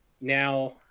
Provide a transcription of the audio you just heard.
now